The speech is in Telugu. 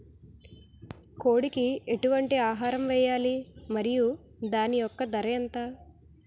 కోడి కి ఎటువంటి ఆహారం వేయాలి? మరియు దాని యెక్క ధర ఎంత?